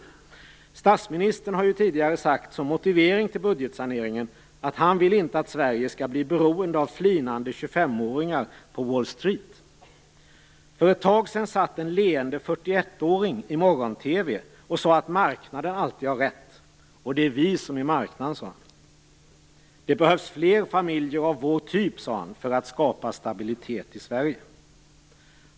Men statsministern har ju tidigare, som motivering till budgetsaneringen, sagt att han inte vill att Sverige skall bli beroende av flinande 25 För ett tag sedan satt en leende 41-åring i morgon TV och sade att marknaden alltid har rätt. Det är vi som är marknaden, sade han. Han sade också: Det behövs fler familjer av vår typ för att skapa stabilitet i Sverige.